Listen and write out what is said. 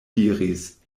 diris